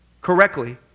correctly